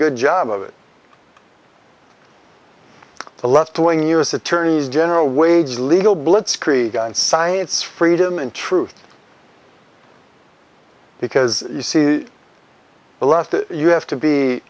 good job of it the left wing u s attorneys general wage legal blitzkrieg on science freedom and truth because you see the left you have to be